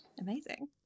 Amazing